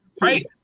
right